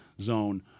zone